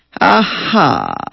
Aha